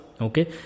Okay